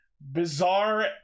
Bizarre